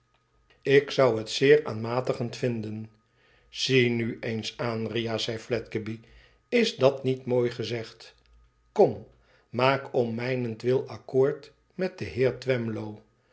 ik zou het zeer aanmatigend vinden zie nu eens aan riah zei fledgeby i is dat niet mooi gezegd kom maak om mijnentwil accoord met den heer twemlow